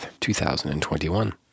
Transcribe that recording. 2021